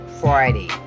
Friday